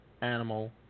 animal